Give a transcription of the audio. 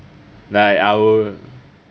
like I would